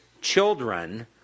children